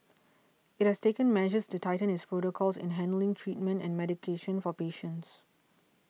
it has taken measures to tighten its protocols in handling treatment and medication for patients